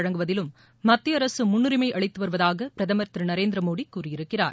வழங்குவதிலும் மத்திய அரசு முன்னுரிமை அளித்து வருவதாக பிரதமர் திரு நரேந்திர மோடி கூறியிருக்கிறார்